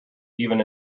even